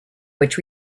which